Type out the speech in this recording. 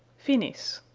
finis.